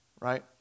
right